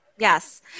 Yes